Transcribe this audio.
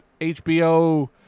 HBO